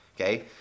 okay